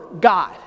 God